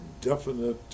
definite